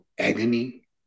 agony